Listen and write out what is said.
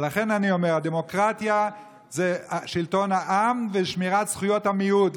לכן אני אומר: דמוקרטיה זה שלטון העם ושמירת זכויות המיעוט,